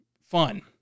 fun